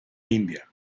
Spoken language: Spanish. india